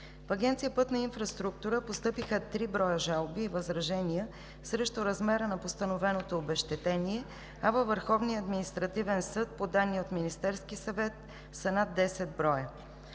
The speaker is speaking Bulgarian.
В Агенция „Пътна инфраструктура“ постъпиха три броя жалби и възражения срещу размера на постановеното обезщетение, а във Върховния административен съд, по данни от Министерския съвет, са над 10 броя.